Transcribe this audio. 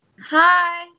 Hi